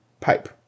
pipe